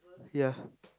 ya